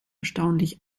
erstaunlich